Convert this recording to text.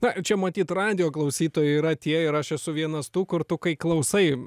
na čia matyt radijo klausytojai yra tie ir aš esu vienas tų kur tu kai klausai